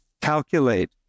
calculate